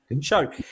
show